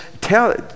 tell